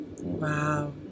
Wow